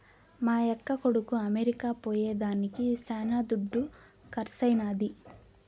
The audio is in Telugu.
మా యక్క కొడుకు అమెరికా పోయేదానికి శానా దుడ్డు కర్సైనాది